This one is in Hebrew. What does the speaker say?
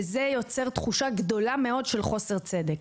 וזה יוצר תחושה גדולה מאוד של חוסר צדק.